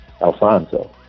alfonso